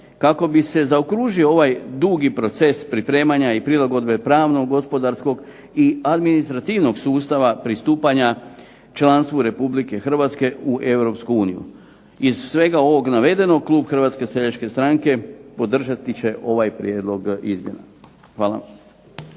kako bi se zaokružio ovaj dugi proces pripremanja i prilagodbe pravnog, gospodarskog i administrativnog sustava pristupanja članstvu RH u EU. Iz svega ovog navedenog klub HSS-a podržati će ovaj prijedlog izmjena. Hvala.